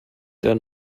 der